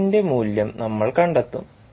V1 ന്റെ മൂല്യം നമ്മൾ കണ്ടെത്തും